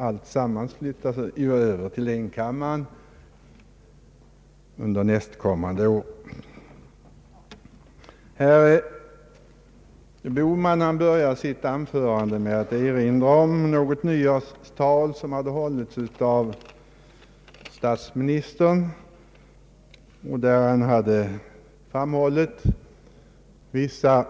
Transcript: Från och med nästa år finns det ju bara en kammare. Herr Bohman började sitt anförande med att erinra om ett nyårstal som hade hållits av statsministern, i vilket denne hade anfört vissa